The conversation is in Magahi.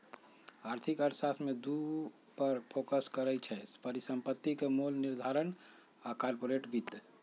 आर्थिक अर्थशास्त्र में दू पर फोकस करइ छै, परिसंपत्ति के मोल निर्धारण आऽ कारपोरेट वित्त